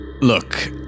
Look